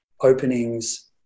openings